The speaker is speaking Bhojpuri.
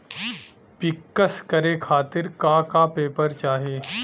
पिक्कस करे खातिर का का पेपर चाही?